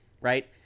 right